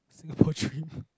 Singapore dream